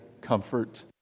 comfort